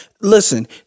Listen